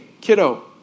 kiddo